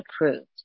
approved